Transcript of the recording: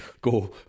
go